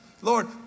Lord